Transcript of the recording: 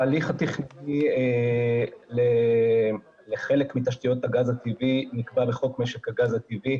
ההליך התכנוני לחלק מתשתיות הגז הטבעי נקבע בחוק משק הגז הטבעי,